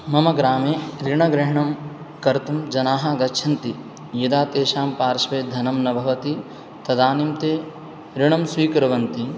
मम ग्रामे ऋणग्रहणं कर्तुं जनाः गच्छन्ति यदा तेषां पार्श्वे धनं न भवति तदानीं ते ऋणं स्वीकुर्वन्ति